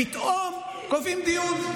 פתאום קובעים דיון.